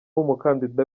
umukandida